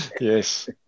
yes